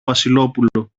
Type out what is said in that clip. βασιλόπουλο